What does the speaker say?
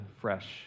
fresh